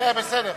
בסדר, בסדר.